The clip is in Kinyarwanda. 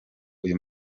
uyu